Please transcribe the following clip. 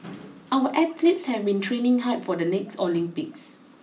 our athletes have been training hard for the next Olympics